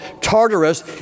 Tartarus